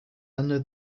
under